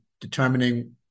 determining